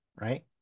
right